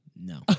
No